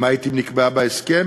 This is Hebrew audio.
למעט אם נקבעה בהסכם,